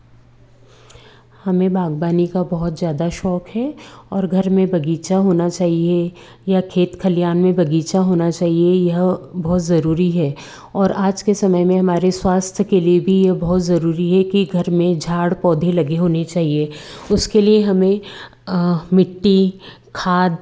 हमें बागबानी का बहुत ज़्यादा शौक है और घर में बगीचा होना चाहिए या खेत खलियान में बगीचा होना चाहिए यह बहुत ज़रूरी है और आज के समय में हमारे स्वास्थ्य के लिए भी यह बहुत ज़रूरी है कि घर में झाड़ पौधे लगे होनी चाहिए उसके लिए हमें मिट्टी खाद